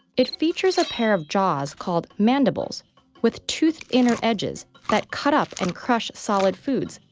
it features a pair of jaws called mandibles with toothed inner edges that cut up and crush solid foods,